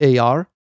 AR